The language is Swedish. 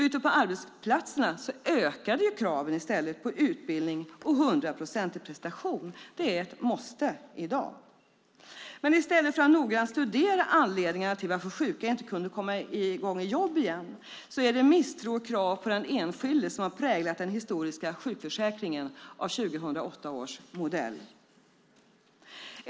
Ute på arbetsplatserna ökade kraven på utbildning, och hundraprocentig prestation är ett måste i dag. Men i stället för att noggrant studera anledningarna till att sjuka inte kunde komma i gång i jobb igen är det misstro och krav på den enskilde som har präglat den historiska sjukförsäkringen av 2008 års modell.